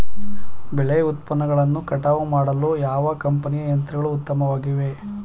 ಬೆಳೆ ಉತ್ಪನ್ನಗಳನ್ನು ಕಟಾವು ಮಾಡಲು ಯಾವ ಕಂಪನಿಯ ಯಂತ್ರಗಳು ಉತ್ತಮವಾಗಿವೆ?